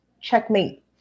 Checkmate